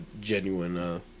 genuine